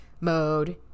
mode